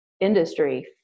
industry